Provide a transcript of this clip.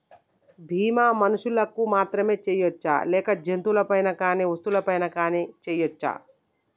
బీమా మనుషులకు మాత్రమే చెయ్యవచ్చా లేక జంతువులపై కానీ వస్తువులపై కూడా చేయ వచ్చా?